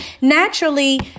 naturally